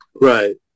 Right